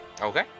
Okay